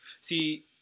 see